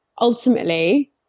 ultimately